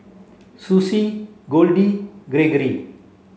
Susie Goldie Greggory